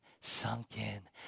sunken